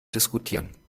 diskutieren